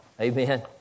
Amen